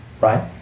right